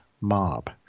mob